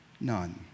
None